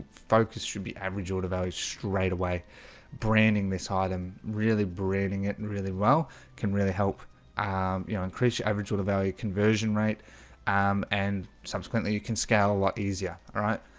focus should be average order value straightaway branding this item really berating it and really well can really help you know increase your average order value conversion rate um and subsequently you can scale a lot easier. alright,